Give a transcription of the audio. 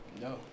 No